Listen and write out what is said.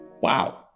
Wow